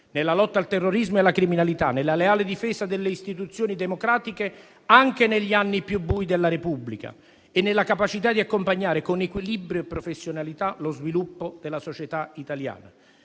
nella lotta al terrorismo e alla criminalità, nella leale difesa delle istituzioni democratiche anche negli anni più bui della Repubblica e nella capacità di accompagnare, con equilibrio e professionalità, lo sviluppo della società italiana.